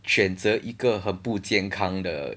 选择一个很不健康的